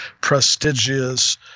prestigious